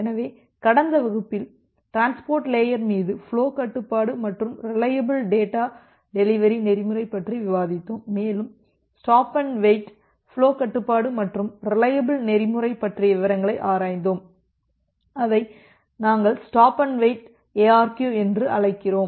எனவே கடந்த வகுப்பில் டிரான்ஸ்போர்ட் லேயர் மீது ஃபுலோ கட்டுப்பாடு மற்றும் ரிலையபில் டேட்டா டெலிவரி நெறிமுறை பற்றி விவாதித்தோம் மேலும் ஸ்டாப் அண்டு வெயிட் ஃபுலோ கட்டுப்பாடு மற்றும் ரிலையபில் நெறிமுறை பற்றிய விவரங்களை ஆராய்ந்தோம் அதை நாங்கள் ஸ்டாப் அண்டு வெயிட் எஆர்கியு என்று அழைக்கிறோம்